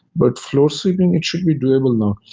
but floor sweeping, it should be doable now.